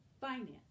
Finance